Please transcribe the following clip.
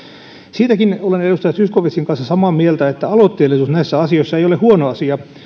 siitäkin olen edustaja zyskowiczin kanssa samaa mieltä että aloitteellisuus näissä asioissa ei ole huono asia